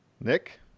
Nick